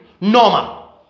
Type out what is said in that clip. normal